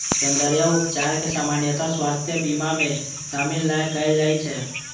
सौंद्रर्य उपचार कें सामान्यतः स्वास्थ्य बीमा मे शामिल नै कैल जाइ छै